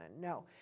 No